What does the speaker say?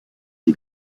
des